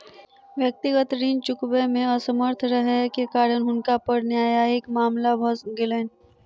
व्यक्तिगत ऋण चुकबै मे असमर्थ रहै के कारण हुनका पर न्यायिक मामला भ गेलैन